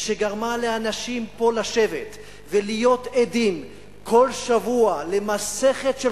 שגרמה לאנשים פה לשבת ולהיות עדים כל שבוע למסכת של